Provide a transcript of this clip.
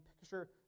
picture